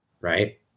right